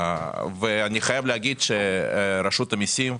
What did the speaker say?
אני חייב להגיד שרשות המיסים,